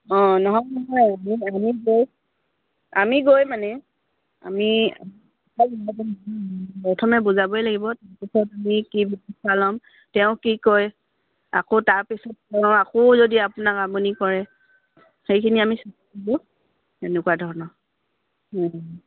অঁ নহয় নহয় আমি গৈ আমি গৈ মানে আমি প্ৰথমে বুজাবই লাগিব তাৰপিছত আমি কি ব্য়ৱস্থা ল'ম তেওঁ কি কয় আকৌ তাৰপিছত তেওঁ আকৌ যদি আপোনাক আমনি কৰে সেইখিনি আমি এনেকুৱা ধৰণৰ